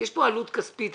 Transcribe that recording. יש כאן עלות כספית,